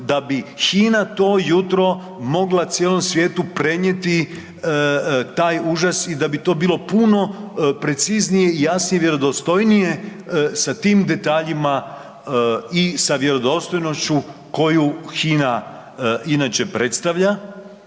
da bi HINA to jutro mogla cijelom svijetu prenijeti taj užas i da bi to bilo puno preciznije i jasnije i vjerodostojnije sa tim detaljima i sa vjerodostojnošću koju HINA inače predstavlja